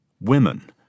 women